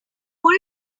full